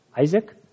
Isaac